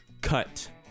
Cut